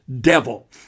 devil